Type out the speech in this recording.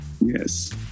Yes